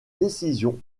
décision